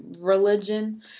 religion